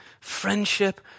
friendship